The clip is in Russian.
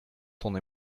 тон